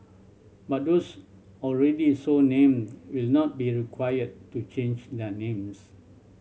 but those already so named will not be required to change their names